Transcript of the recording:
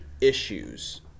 issues